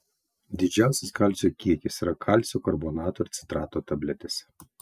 didžiausias kalcio kiekis yra kalcio karbonato ir citrato tabletėse